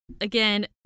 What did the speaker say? again